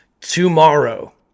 tomorrow